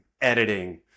editing